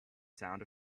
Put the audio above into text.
sound